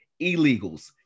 illegals